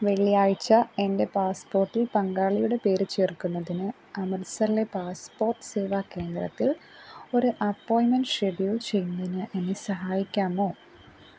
വെള്ളിയാഴ്ച്ച എന്റെ പാസ്പ്പോട്ടിൽ പങ്കാളിയുടെ പേര് ചേർക്കുന്നതിന് അമൃത്സറിലെ പാസ്പ്പോട്ട് സേവാ കേന്ദ്രത്തിൽ ഒര് അപ്പോയിൻമെൻറ്റ് ഷെഡ്യൂൾ ചെയ്യുന്നതിന് എന്നെ സഹായിക്കാമോ